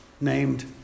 named